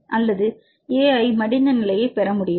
அல்லது Ai மடிந்த நிலையைப் பெற முடியுமா